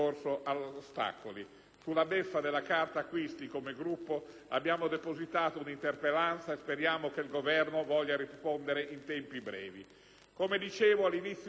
Sulla beffa della carta acquisti come Gruppo abbiamo depositato una interpellanza e speriamo che il Governo voglia rispondere in tempi brevi. Come dicevo all'inizio, una misura inadeguata.